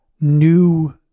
new